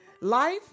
Life